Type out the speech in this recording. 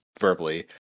verbally